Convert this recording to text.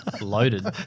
Loaded